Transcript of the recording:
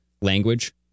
language